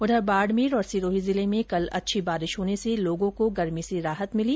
उधर बाडमेर और सिरोही जिले में कले अच्छी बारिश होने से लोगों को गर्मी से राहत मिली